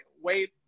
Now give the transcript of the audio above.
wait